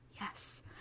yes